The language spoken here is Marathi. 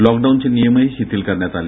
लॉकडाऊनचे नियमही शिथिल करण्यात आले